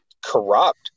corrupt